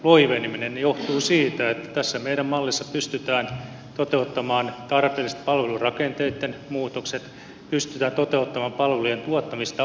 menokäyrän loiveneminen johtuvat siitä että tässä meidän mallissa pystytään toteuttamaan tarpeelliset palvelurakenteitten muutokset pystytään toteuttamaan palvelujen tuottamistapojen muutokset